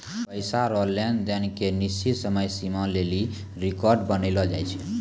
पैसा रो लेन देन के निश्चित समय सीमा लेली रेकर्ड बनैलो जाय छै